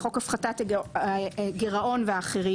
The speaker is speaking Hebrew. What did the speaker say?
חוק הפחתת הגירעון וחוקים אחרים